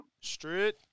Straight